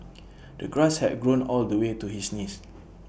the grass had grown all the way to his knees